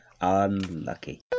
Unlucky